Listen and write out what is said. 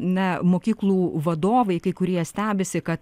na mokyklų vadovai kai kurie stebisi kad